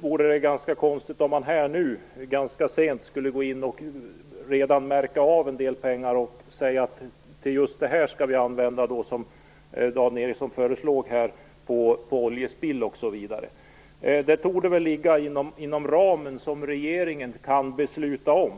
vore det konstigt om man här nu ganska sent skulle gå in och märka en del pengar och säga att de skall användas till just oljespill, som Dan Ericsson föreslog. Detta torde väl ligga inom regeringens beslutsram.